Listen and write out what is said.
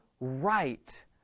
right